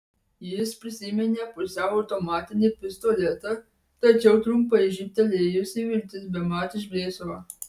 jis prisiminė pusiau automatinį pistoletą tačiau trumpai žybtelėjusi viltis bemat išblėso